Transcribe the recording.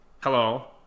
Hello